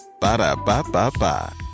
ba-da-ba-ba-ba